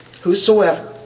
Whosoever